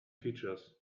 features